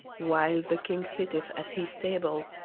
while the king sitteth at his table,